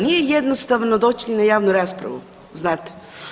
Nije jednostavno doći na javnu raspravu, znate.